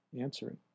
answering